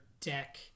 deck